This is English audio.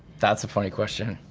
that's a funny question.